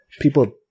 people